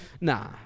nah